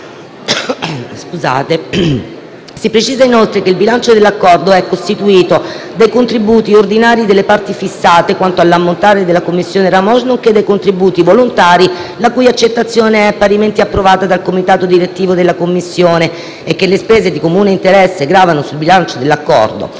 Si precisa, inoltre, che il bilancio dell'Accordo è costituito dai contributi ordinari delle parti fissati, quanto all'ammontare, dalla Commissione RAMOGE, nonché dai contributi volontari la cui accettazione è parimenti approvata dal comitato direttivo della Commissione, e che le spese di comune interesse gravano sul bilancio dell'Accordo.